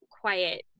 quiet